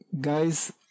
guys